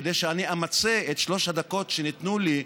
כדי שאני אמצה את שלוש הדקות שניתנו לי,